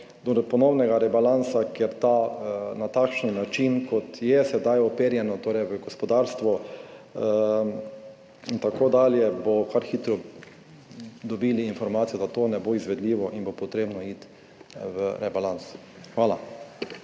do ponovnega rebalansa, ker na takšen način, kot je sedaj uperjeno v gospodarstvo, boste kar hitro dobili informacijo, da to ne bo izvedljivo, in bo potrebno iti v rebalans. Hvala.